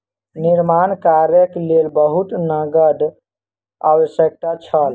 निर्माण कार्यक लेल बहुत नकद के आवश्यकता छल